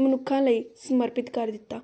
ਮਨੁੱਖਾਂ ਲਈ ਸਮਰਪਿਤ ਕਰ ਦਿੱਤਾ